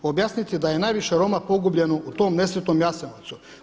Objasnite da je najviše Roma pogubljeno u tom nesretnom Jasenovcu.